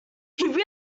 really